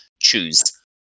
choose